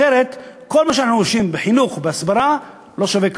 אחרת כל מה שאנחנו עושים בחינוך ובהסברה לא שווה כלום.